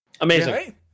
Amazing